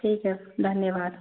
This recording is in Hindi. ठीक है धन्यवाद